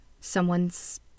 someone's